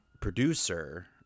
producer